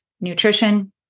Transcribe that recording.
nutrition